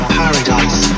paradise